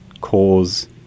cause